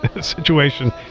situation